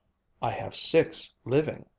i have six living,